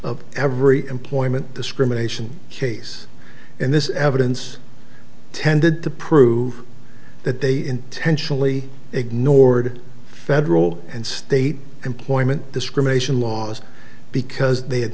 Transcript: of every employment discrimination case and this evidence tended to prove that they intentionally ignored federal and state employment discrimination laws because they had